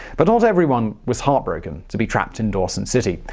but not everyone was heartbroken to be trapped in dawson city.